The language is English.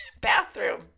bathroom